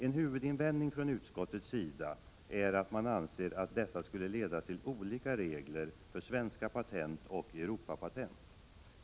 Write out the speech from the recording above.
En huvudinvändning från utskottets sida är att man anser att detta skulle leda till olika regler för svenska patent resp. Europapatent.